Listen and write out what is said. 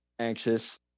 anxious